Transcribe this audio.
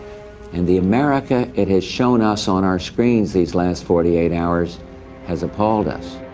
and the america it has shown us on our screens these last forty eight hours has appalled us.